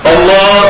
Allah